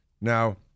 Now